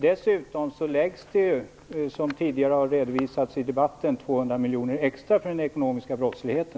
Dessutom läggs det, vilket har redovisats tidigare i debatten, 200 miljoner extra på den ekonomiska brottsligheten.